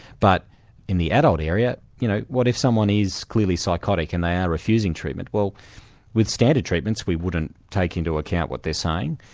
but in the adult area, you know, what if someone is clearly psychotic and they are refusing treatment, well with standard treatments we wouldn't take into account what they're saying,